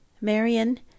Marion